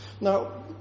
Now